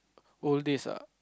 old days ah